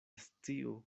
sciu